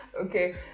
Okay